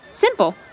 simple